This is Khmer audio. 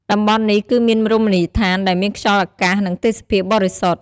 តំបន់នេះ គឺមានរមណីយដ្ឋាន ដែលមានខ្យល់អាកាស និងទេសភាពបរិសុទ្ធ ។